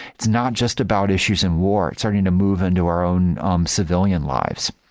it's not just about issues in war. it's starting to move into our own um civilian lives.